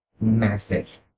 massive